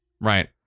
Right